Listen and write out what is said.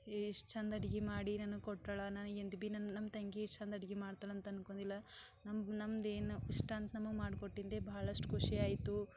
ಎಷ್ಟು ಚಂದ ಅಡ್ಗೆ ಮಾಡಿ ನನಗೆ ಕೊಟ್ಟಾಳ ನನಗೆಂತ ಭಿ ನಮ್ಮ ತಂಗಿ ಇಷ್ಟು ಚಂದ ಅಡಿಗೆ ಮಾಡ್ತಾಳಂತ ಅನ್ಕೊಂಡಿಲ್ಲ ನಮ್ಮ ನಮ್ಮದೇನು ಇಷ್ಟ ಅಂತ ನಮಗೆ ಮಾಡಿಕೊಟ್ಟಿದ್ದೆ ಬಹಳಷ್ಟು ಖುಷಿ ಆಯಿತು